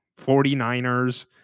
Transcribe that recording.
49ers